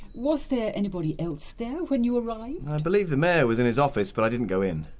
was there anybody else there when you arrived? i believe the mayor was in his office, but i didn't go in.